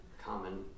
common